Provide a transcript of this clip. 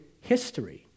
history